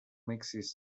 mixes